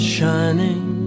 shining